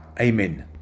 Amen